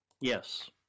Yes